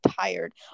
tired